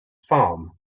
farm